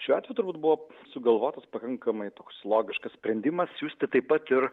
šiuo atveju turbūt buvo sugalvotas pakankamai toks logiškas sprendimas siųsti taip pat ir